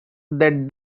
that